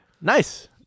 Nice